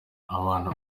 abantu